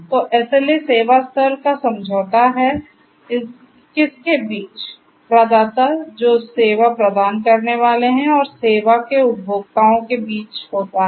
तो SLA सेवा स्तर का समझौता है किसके बीच प्रदाता जो सेवा प्रदान करने वाले है और सेवा के उपभोक्ताओं के बीच होता है